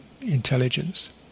intelligence